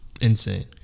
Insane